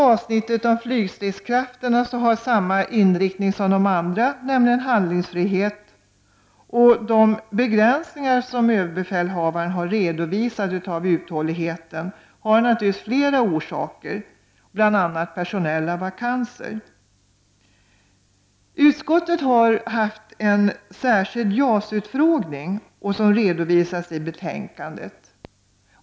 Avsnittet om flygstridskrafterna har samma inriktning som de andra, nämligen handlingsfrihet. De begränsningar som överbefälhavaren har redovisat i uthålligheten har naturligtvis flera orsaker, bl.a. personella vakanser. Utskottet har haft en särskild JAS-utfrågning som redovisas i betänkandet.